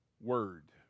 word